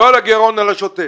לא על הגירעון אלא על השוטף.